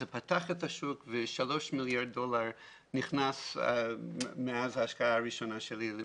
זה פתח את השוק ושלושה מיליארד דולר נכנסו מאז ההשקעה הראשונה שלי.